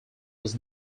was